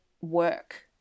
work